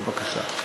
בבקשה.